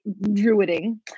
druiding